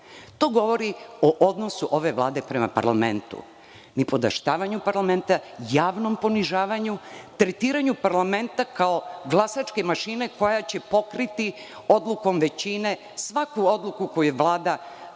govori o odnosu ove vlade prema parlamentu, nipodaštavanju parlamenta, javnom ponižavanju, tretiranju parlamenta kao glasačke mašine koja će pokriti odlukom većine svaku odluku koju Vlada